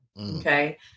Okay